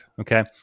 Okay